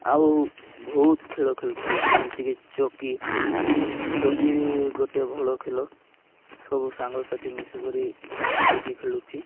ଆଉ ବହୁତ ଖେଳ ଖେଳୁଛି ଯେମିତିକି ଚକି ଚକି ବି ଗୋଟେ ଭଲ ଖେଳ ସବୁ ସାଙ୍ଗସାଥି ମିଶି କରି ଚକି ଖେଳୁଛି